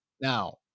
now